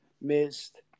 missed –